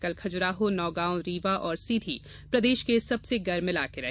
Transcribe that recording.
कल खजुराहो नौगांव रीवा और सीधी प्रदेश के सबसे गर्म इलाके रहे